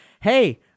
hey